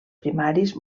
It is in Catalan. primaris